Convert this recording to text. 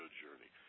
journey